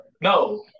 No